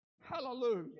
Hallelujah